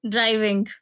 Driving